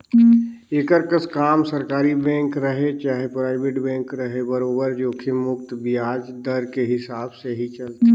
एकर कस काम सरकारी बेंक रहें चाहे परइबेट बेंक रहे बरोबर जोखिम मुक्त बियाज दर के हिसाब से ही चलथे